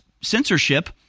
censorship